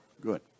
Good